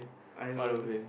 I will